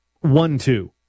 One-two